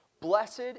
Blessed